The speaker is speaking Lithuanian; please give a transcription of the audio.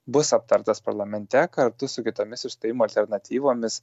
bus aptartas parlamente kartu su kitomis išstojimo alternatyvomis